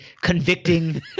convicting